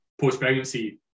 post-pregnancy